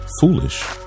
Foolish